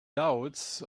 doubts